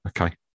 okay